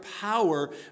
power